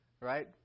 right